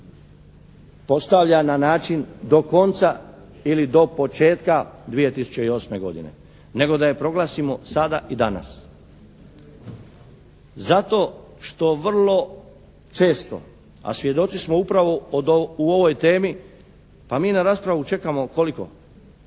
postavlja na način do konca ili do početka 2008. godine nego da je proglasimo sada i danas. Zato što vrlo često, a svjedoci smo upravo u ovoj temi, pa mi na raspravu čekamo koliko,